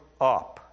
up